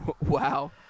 Wow